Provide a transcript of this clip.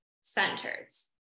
centers